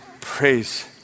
praise